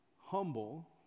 humble